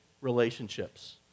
relationships